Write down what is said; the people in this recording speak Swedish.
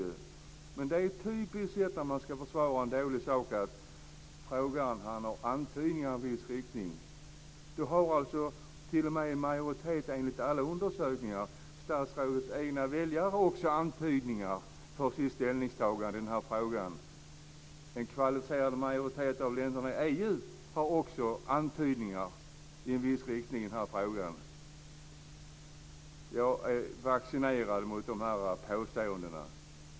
Detta är ett typiskt sätt att försvara en dålig sak. Man frågar om det finns antydningar i en viss riktning. Enligt alla undersökningar har t.o.m. en majoritet av statsrådets egna väljare antydningar som grund för sitt ställningstagande i den här frågan. En kvalificerad majoritet av länderna i EU gör också antydningar i en viss riktning i den här frågan. Jag är vaccinerad mot de här påståendena.